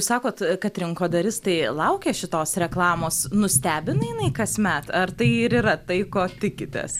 sakot kad rinkodaristai laukia šitos reklamos nustebina jinai kasmet ar tai ir yra tai ko tikitės